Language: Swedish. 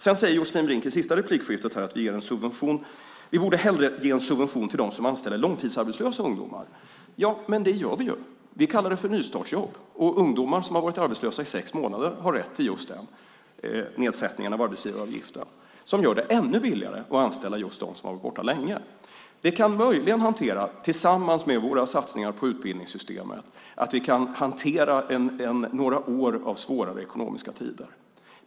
Sedan säger Josefin Brink i det sista inlägget att vi hellre borde ge en subvention till dem som anställer långtidsarbetslösa ungdomar. Men det gör vi ju! Vi kallar det för nystartsjobb. Ungdomar som har varit arbetslösa i sex månader ger arbetsgivaren rätt till just den nedsättning av arbetsgivaravgiften som gör det ännu billigare att anställa just dem som har varit borta länge. Tillsammans med våra satsningar på utbildningssystem innebär det att vi kan hantera några år av svåra ekonomiska tider.